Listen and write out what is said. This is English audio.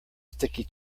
sticky